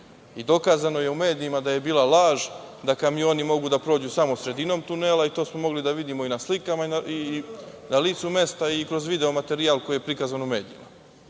Dokazano je u medijima da je bila laž da kamioni mogu da prođu samo sredinom tunela i to smo mogli da vidimo i na slikama i na licu mesta i kroz video materijal koji je prikazan u medijima. Ne